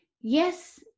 yes